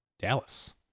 Dallas